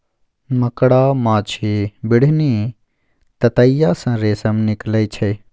मकड़ा, माछी, बिढ़नी, ततैया सँ रेशम निकलइ छै